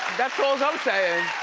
that's alls i'm saying.